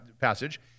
passage